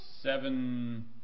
seven